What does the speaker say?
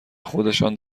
خودشان